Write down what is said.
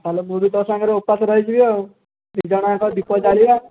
ତାହେଲେ ମୁଁ ବି ତୋ ସାଙ୍ଗରେ ଉପାସ ରହିଯିବି ଆଉ ଦୁଇ ଜଣ ଜାକ ଦୀପ ଜାଳିବା